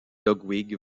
ludwig